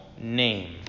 name